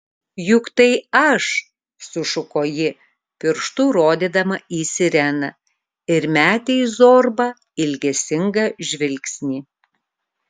juk tai aš sušuko ji pirštu rodydama į sireną ir metė į zorbą ilgesingą žvilgsnį